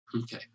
Okay